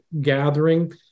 gathering